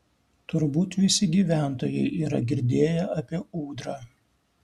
turbūt visi gyventojai yra girdėję apie ūdrą